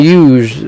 use